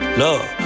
love